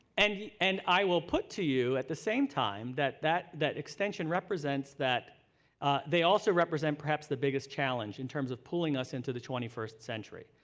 and and i will put to you, at the same time, that that that extension represents that they also represent perhaps the biggest challenge in terms of pulling us into the twenty first century.